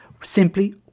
simply